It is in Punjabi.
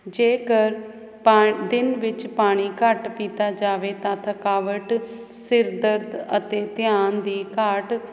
ਜੇਕਰ ਪਾਂਤਿਨ ਵਿੱਚ ਪਾਣੀ ਘੱਟ ਪੀਤਾ ਜਾਵੇ ਤਾਂ ਥਕਾਵਟ ਸਿਰ ਦਰਦ ਅਤੇ ਧਿਆਨ ਦੀ ਘਾਟ ਜਿਵੇਂ ਸਮੱਸਿਆ ਹੋ ਸਕਦੀਆਂ ਹਨ ਗਰਮ ਮੌਸਮ ਤੇ